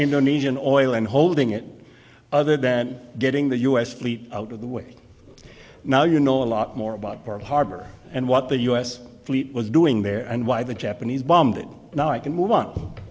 indonesian oil and holding it other than getting the us fleet out of the way now you know a lot more about pearl harbor and what the us fleet was doing there and why the japanese bombed it now it can move